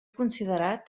considerat